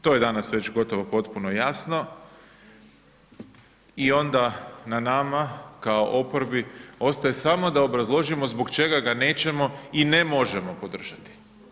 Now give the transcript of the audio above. To je danas već gotovo potpuno jasno, i onda na nama kao oporbi, ostaje samo da obrazložimo zbog čega ga nećemo i ne možemo podržati.